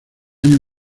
años